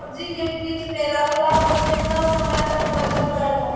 सब्जी के फिज में रखला पर केतना समय तक बचल रहेला?